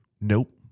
nope